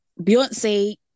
Beyonce